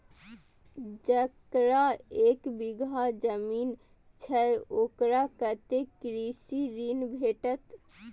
जकरा एक बिघा जमीन छै औकरा कतेक कृषि ऋण भेटत?